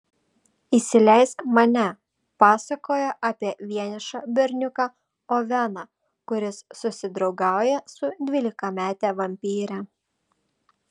įsileisk mane pasakoja apie vienišą berniuką oveną kuris susidraugauja su dvylikamete vampyre